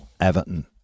Everton